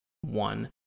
one